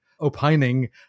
opining